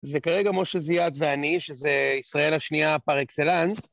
זה כרגע משה זיאד ואני, שזה ישראל השנייה פר אקסלנס.